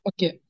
Okay